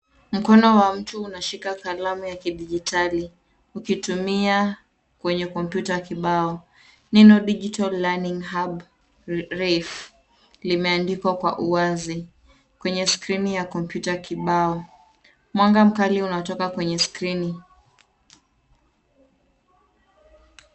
Mikono wa mtu unashika kalamu ya kidijitali ukitumia kwenye kompyuta kibao. Neno Digital Learning Hub Ref limeandikwa kwa uwazi kwenye skirini ya kompyuta kibao. Mwanga mkali unatoka kwenye skrini.